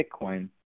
Bitcoin